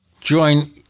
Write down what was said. Join